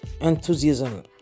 Enthusiasm